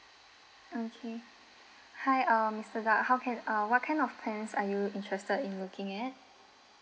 okay hi uh mister doug how can uh what kind of plans are you interested in looking at